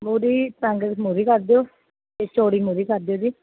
ਮੌਰੀ ਤੰਗ ਮੌਰੀ ਕਰ ਦਿਓ ਅਤੇ ਚੌੜੀ ਮੌਰੀ ਕਰ ਦਿਓ ਜੀ